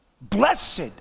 Blessed